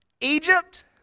Egypt